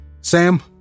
Sam